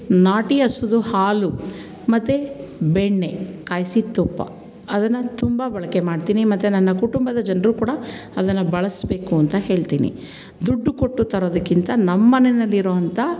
ನಾಟಿ ಹಸುದು ಹಾಲು ಮತ್ತು ಬೆಣ್ಣೆ ಕಾಯಿಸಿ ತುಪ್ಪ ಅದನ್ನು ತುಂಬ ಬಳಕೆ ಮಾಡ್ತೀನಿ ಮತ್ತು ನನ್ನ ಕುಟುಂಬದ ಜನ್ರೂ ಕೂಡ ಅದನ್ನು ಬಳಸಬೇಕು ಅಂತ ಹೇಳ್ತೀನಿ ದುಡ್ಡು ಕೊಟ್ಟು ತರೋದಕ್ಕಿಂತ ನಮ್ಮ ಮನೆಯಲ್ಲಿರುವಂಥ